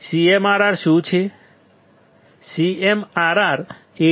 CMRR શું છે